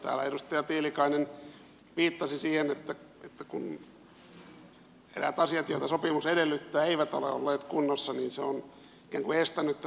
täällä edustaja tiilikainen viittasi siihen että kun eräät asiat joita sopimus edellyttää eivät ole olleet kunnossa niin se on ikään kuin estänyt tätä